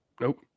Nope